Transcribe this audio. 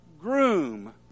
groom